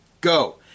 Go